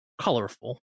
colorful